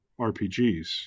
rpgs